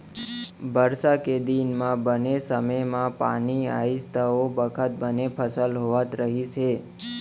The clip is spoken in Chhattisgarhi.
बरसा के दिन म बने समे म पानी आइस त ओ बखत बने फसल होवत रहिस हे